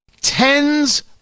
Tens